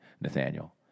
Nathaniel